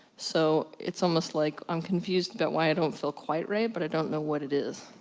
so, it's almost like i'm confused about why i don't feel quite right, but i don't know what it is.